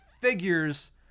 figures